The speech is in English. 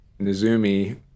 nizumi